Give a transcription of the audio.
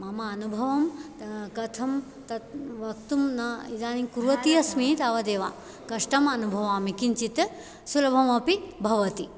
मम अनुभवं कथं तत् वक्तुं न इदानीं कुर्वती अस्मि तावदेव कष्टमनुभवामि किञ्चित् सुलभमपि भवति